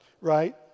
right